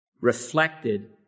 reflected